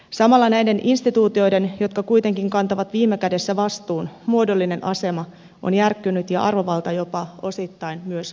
samalla näiden instituutioiden jotka kuitenkin kantavat viime kädessä vastuun muodollinen asema on järkkynyt ja arvovalta jopa osittain myös romahtanut